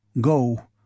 Go